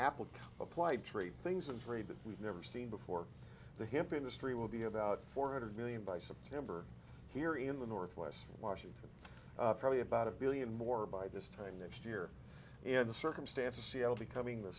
apple applied to three things and three that we've never seen before the hip industry will be about four hundred million by september here in the northwest washington probably about a billion more by this time next year and the circumstances seattle becoming the